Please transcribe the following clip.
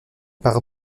par